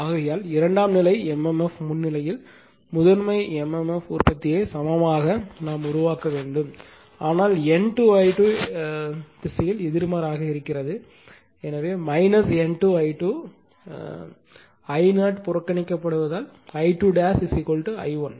ஆகையால் இரண்டாம் நிலை MMF முன்னிலையில் முதன்மை MMF உற்பத்தியை சமமாக உருவாக்க வேண்டும் ஆனால் N2 I2 என்று திசையில் எதிர்மாறாக இருக்கிறது N2 I2 என்று I0 புறக்கணிக்கப்பட்டால் I2 I1